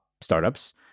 startups